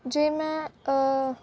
ਜੇ ਮੈਂ